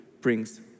brings